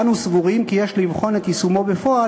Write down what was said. אנו סבורים כי יש לבחון את יישומו בפועל